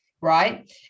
right